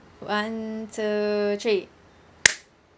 one two three